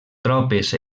tropes